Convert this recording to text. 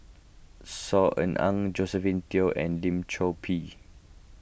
Saw Ean Ang Josephine Teo and Lim Chor Pee